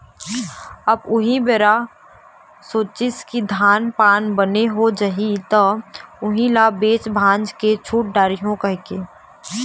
अब उही बेरा सोचिस के धान पान बने हो जाही त उही ल बेच भांज के छुट डारहूँ कहिके